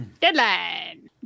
deadline